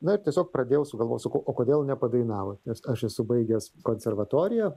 na tiesiog pradėjau sugalvojau sakau o kodėl nepadainavus nes aš esu baigęs konservatoriją